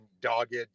dogged